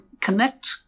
connect